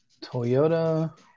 Toyota